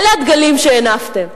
אלה הדגלים שהנפתם,